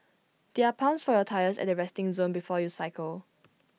there are pumps for your tyres at the resting zone before you cycle